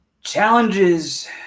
Challenges